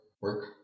work